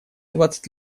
двадцать